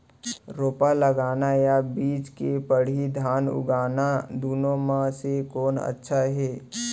रोपा लगाना या बीज से पड़ही धान उगाना दुनो म से कोन अच्छा हे?